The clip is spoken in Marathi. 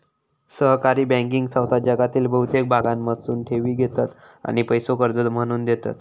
सहकारी बँकिंग संस्था जगातील बहुतेक भागांमधसून ठेवी घेतत आणि पैसो कर्ज म्हणून देतत